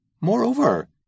Moreover